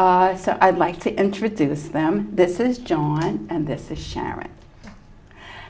and so i'd like to introduce them this is john and this is sharon